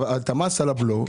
את המס על הבלו,